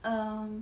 um